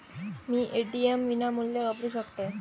मी ATM विनामूल्य वापरू शकतय?